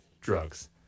drugs